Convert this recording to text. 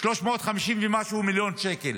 350 מיליון ומשהו שקל.